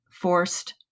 forced